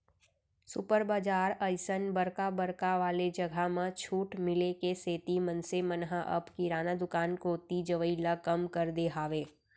super बजार असन बड़का बड़का वाले जघा म छूट मिले के सेती मनसे मन ह अब किराना दुकान कोती जवई ल कम कर दे हावय